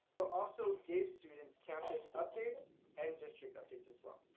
but also gave students campus updates and district updates as well.